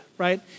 right